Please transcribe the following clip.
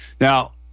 Now